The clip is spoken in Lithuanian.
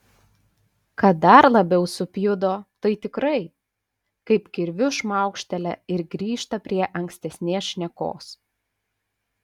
kad dar labiau supjudo tai tikrai kaip kirviu šmaukštelia ir grįžta prie ankstesnės šnekos